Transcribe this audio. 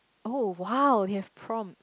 oh !wow! you have prom